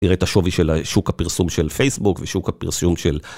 תראה את השווי של שוק הפרסום של פייסבוק ושוק הפרסום של...